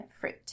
fruit